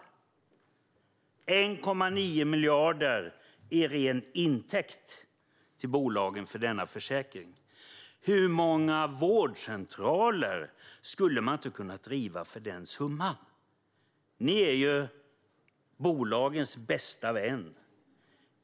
Det blir 1,9 miljarder i ren intäkt till bolagen för denna försäkring. Hur många vårdcentraler hade man inte kunnat driva för den summan? Ni är ju bolagens bästa vän.